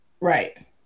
right